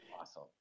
awesome